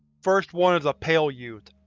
first one is a pale youth.